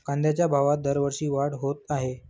कांद्याच्या भावात दरवर्षी वाढ होत आहे